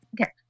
Okay